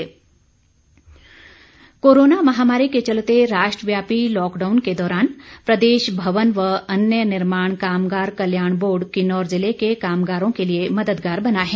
कल्याण board corona महामारी के चलते राष्ट्रव्यापी लॉकडाउन के दौरान प्रदेश भवन व अन्य निर्माण कामगार कल्याण बोर्ड किन्नौर ज़िले के कामगारों के लिए मददगार बना है